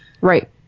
Right